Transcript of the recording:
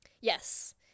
Yes